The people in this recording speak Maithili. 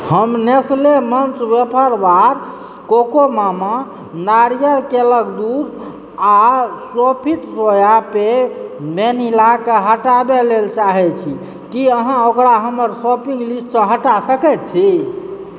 हम Nestle Munch wafer bar Cocomama नारिकेलक दूध आ सोफिट सोया पेय वेनिला के हटाबै लेल चाहै छी की अहाँ ओकरा हमर शॉपिङ्ग लिस्ट सँ हटा सकैत छी